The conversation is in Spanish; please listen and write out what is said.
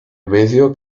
medio